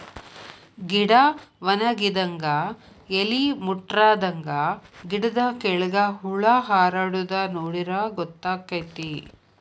ಗಿಡಾ ವನಗಿದಂಗ ಎಲಿ ಮುಟ್ರಾದಂಗ ಗಿಡದ ಕೆಳ್ಗ ಹುಳಾ ಹಾರಾಡುದ ನೋಡಿರ ಗೊತ್ತಕೈತಿ